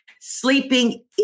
sleeping